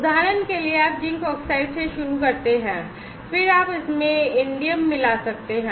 उदाहरण के लिए आप जिंक ऑक्साइड से शुरू करते हैं फिर आप इसमें indium मिला सकते हैं